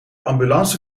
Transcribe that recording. ambulance